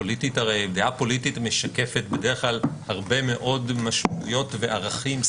דעה פוליטית משקפת בדרך כלל הרבה מאוד משמעויות וערכים,